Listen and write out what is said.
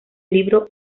libro